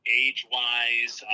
age-wise